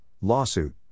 lawsuit